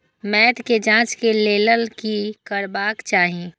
मैट के जांच के लेल कि करबाक चाही?